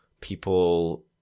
people